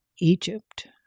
Egypt